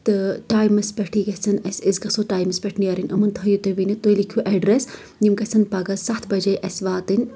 تہٕ ٹایمَس پٮ۪ٹھٕے گژھن اسہِ أسۍ گژھو ٹایمَس پٮ۪ٹھٕے نیرٕنۍ یِمَن تھٲیو تُہۍ ؤنِتھ تُہۍ لٮ۪کھِو ایڈرَس یِم گژھن پگہہ ستھ بَجے اَسہِ واتٔنۍ